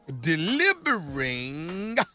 Delivering